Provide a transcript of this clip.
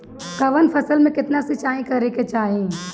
कवन फसल में केतना सिंचाई करेके चाही?